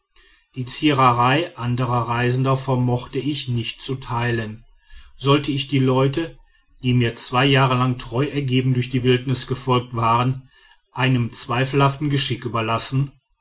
die ziererei anderer reisender vermochte ich nicht zu teilen sollte ich die leute die mir zwei jahre lang treu ergeben durch die wildnis gefolgt waren einem zweifelhaften geschick überlassen